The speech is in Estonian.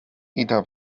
ida